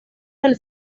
del